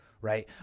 right